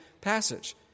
passage